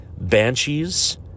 banshees